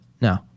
No